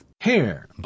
Hair